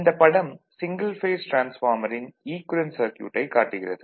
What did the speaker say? இந்தப் படம் single phase டிரான்ஸ்பார்மரின் ஈக்குவேலன்ட் சர்க்யூட்டைக் காட்டுகிறது